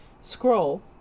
scroll